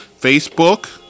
Facebook